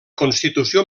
constitució